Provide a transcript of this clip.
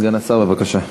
סגן השר, בבקשה.